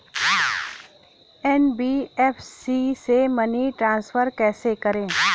NBFC से money transfer कैसे करें?